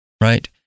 Right